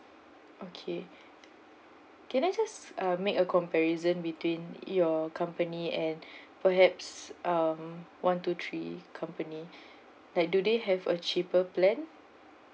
okay can I just uh make a comparison between your company and perhaps um one two three company like do they have a cheaper plan